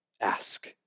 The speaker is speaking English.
Ask